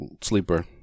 sleeper